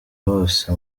bose